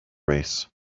race